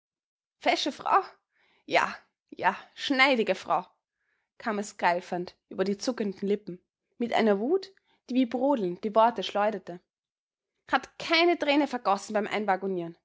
fesche frau ja ja schneidige frau kam es geifernd über die zuckenden lippen mit einer wut die wie brodelnd die worte schleuderte hat keine träne vergossen beim